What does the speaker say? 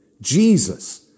Jesus